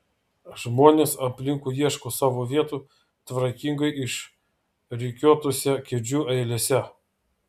žmonės aplinkui ieško savo vietų tvarkingai išrikiuotose kėdžių eilėse